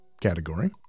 category